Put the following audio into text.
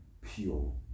pure